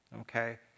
okay